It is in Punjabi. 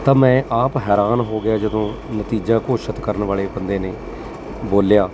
ਤਾਂ ਮੈਂ ਆਪ ਹੈਰਾਨ ਹੋ ਗਿਆ ਜਦੋਂ ਨਤੀਜਾ ਘੋਸ਼ਿਤ ਕਰਨ ਵਾਲੇ ਬੰਦੇ ਨੇ ਬੋਲਿਆ